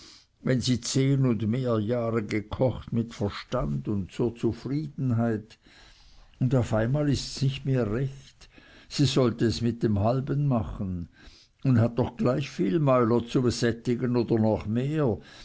wenn sie zehn und mehr jahre gekocht mit verstand und zur zufriedenheit und auf einmal ists nicht mehr recht sie sollte es mit dem halben machen und hat doch gleich viel mäuler zu sättigen oder noch mehr